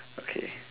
okay